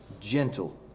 Gentle